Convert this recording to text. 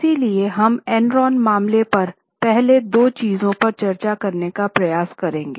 इसलिए हम एनरॉन मामले पर पहले दोनों चीजों पर चर्चा करने का प्रयास करेंगे